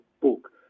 book